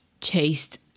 chased